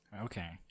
Okay